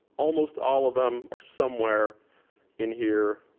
almost all of them are somewhere in here